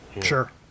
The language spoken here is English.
Sure